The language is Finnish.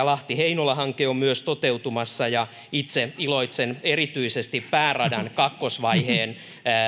lahti heinola hanke on myös toteutumassa ja itse iloitsen erityisesti pääradan kakkosvaiheen